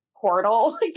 portal